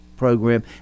program